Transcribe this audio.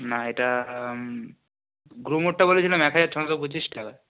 না এটা গ্রো মোরটা বলেছিলাম এক হাজার ছশো পঁচিশ টাকা